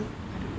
I don't know